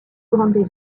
grande